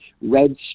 red